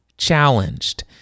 challenged